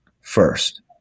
first